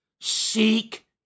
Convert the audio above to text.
seek